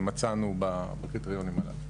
מצאנו בקריטריונים הללו,